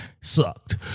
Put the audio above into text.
sucked